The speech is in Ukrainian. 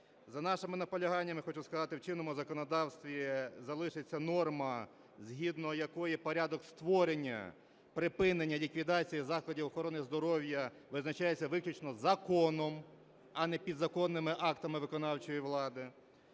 За нашими наполяганнями, хочу сказати, в чинному законодавстві залишиться норма, згідно якої порядок створення припинення ліквідації заходів охорони здоров'я визначається виключно законом, а не підзаконними актами виконавчої влади.